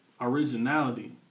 originality